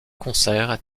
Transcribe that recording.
concert